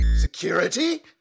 Security